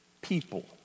people